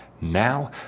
Now